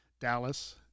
Dallas